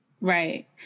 Right